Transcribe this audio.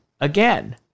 again